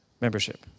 membership